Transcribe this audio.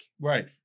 Right